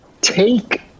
take